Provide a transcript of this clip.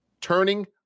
turning